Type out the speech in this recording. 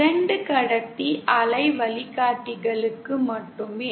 2 கடத்தி அலை வழிகாட்டிகளுக்கு மட்டுமே